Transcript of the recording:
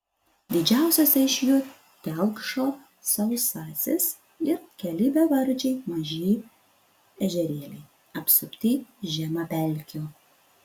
didžiausiose iš jų telkšo sausasis ir keli bevardžiai maži ežerėliai apsupti žemapelkių